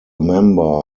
member